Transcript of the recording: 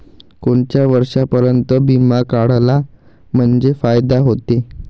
कोनच्या वर्षापर्यंत बिमा काढला म्हंजे फायदा व्हते?